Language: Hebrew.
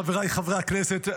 חבריי חברי הכנסת,